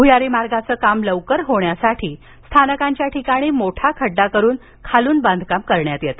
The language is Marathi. भूयारी मार्गाचे काम लवकर होण्यासाठी स्थानकांच्या ठिकाणी मोठा खड्डा करून खालून बांधकाम करण्यात येते